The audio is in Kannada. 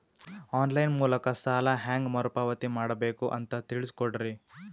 ಆನ್ ಲೈನ್ ಮೂಲಕ ಸಾಲ ಹೇಂಗ ಮರುಪಾವತಿ ಮಾಡಬೇಕು ಅಂತ ತಿಳಿಸ ಕೊಡರಿ?